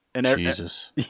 Jesus